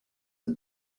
and